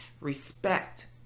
Respect